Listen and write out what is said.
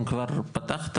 אם כבר פתחת,